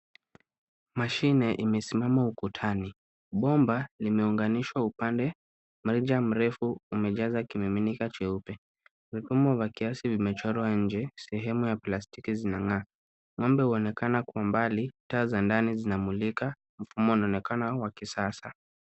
Mashine imesimama ukutani. Bomba limeunganishwa upande wa marejeo mrefu umejaza ikimiminika cheupe. Mfumo wa kiasi vimechorwa nje, sehemu ya plastiki zinang'aa. Ng'ombe zinaonekana kwa mbali taa za ndani zinamulika. Mfumo unaonekana wa kisasa.